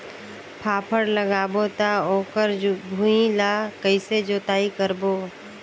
फाफण लगाबो ता ओकर भुईं ला कइसे जोताई करबो?